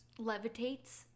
levitates